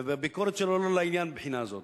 הביקורת שלו לא לעניין מהבחינה הזאת.